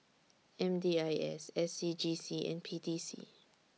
M D I S S C G C and P T C